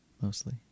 Mostly